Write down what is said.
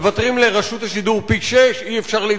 מוותרים לרשות השידור על פי-שישה,